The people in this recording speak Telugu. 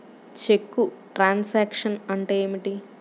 చెక్కు ట్రంకేషన్ అంటే ఏమిటి?